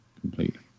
completely